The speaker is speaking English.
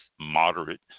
moderate